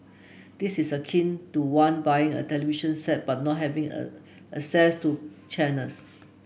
this is akin to one buying a television set but not having access to channels